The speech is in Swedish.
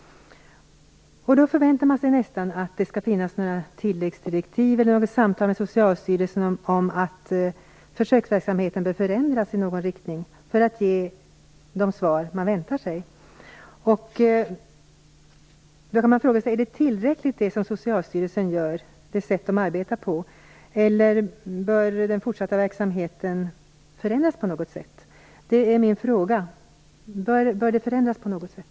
Då förväntar man sig nästan att det skall utfärdas något tilläggsdirektiv eller föras något samtal med representanter för Socialstyrelsen om att försöksverksamheten bör förändras i någon riktning så att man kan få det resultat som man kan vänta sig. Jag vill då fråga: Är det som Socialstyrelsen gör tillräckligt? Eller bör den fortsatta verksamheten förändras på något sätt?